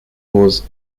was